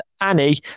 Annie